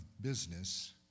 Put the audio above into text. business